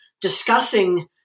discussing